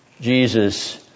Jesus